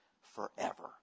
forever